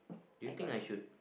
do you think I should